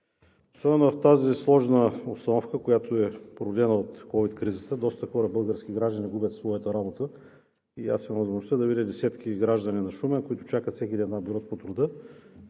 особено в тази сложна обстановка, която е породена от ковид кризата, доста хора – български граждани, губят своята работа. Аз имах възможността да видя десетки граждани на Шумен, които чакат всеки ден на Бюрото по труда